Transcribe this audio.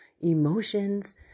emotions